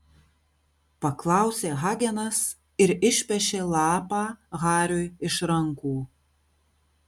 paklausė hagenas ir išpešė lapą hariui iš rankų